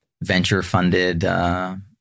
venture-funded